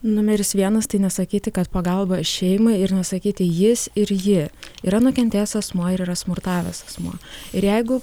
numeris vienas tai nesakyti kad pagalba šeimai ir nesakyti jis ir ji yra nukentėjęs asmuo ir yra smurtavęs asmuo ir jeigu